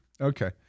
Okay